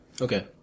Okay